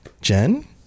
Jen